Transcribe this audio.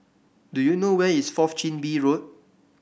do you know where is Fourth Chin Bee Road